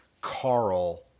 Carl